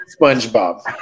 Spongebob